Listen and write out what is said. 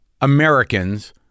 Americans